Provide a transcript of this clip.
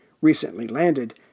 recently-landed